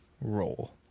role